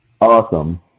Awesome